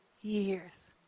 years